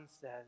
says